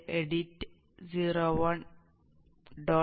ഞങ്ങളുടെ edt 01